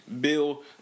Bill